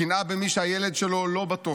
הקנאה במי שהילד שלו לא בתופת.